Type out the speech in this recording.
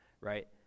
right